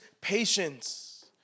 patience